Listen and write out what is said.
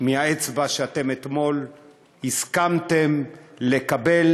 מהאצבע שאתם אתמול הסכמתם לקבל,